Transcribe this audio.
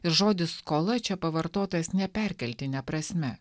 ir žodis skola čia pavartotas ne perkeltine prasme